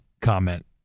comment